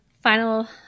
final